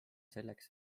selleks